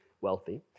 wealthy